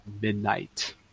Midnight